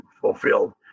fulfilled